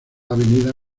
avenida